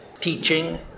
teaching